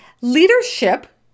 leadership